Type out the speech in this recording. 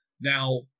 Now